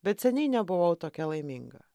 bet seniai nebuvau tokia laiminga